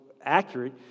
accurate